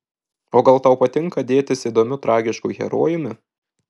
o gal tau patinka dėtis įdomiu tragišku herojumi